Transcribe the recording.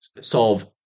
solve